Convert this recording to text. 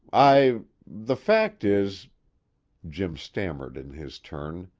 i the fact is jim stammered in his turn.